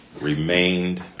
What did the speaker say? remained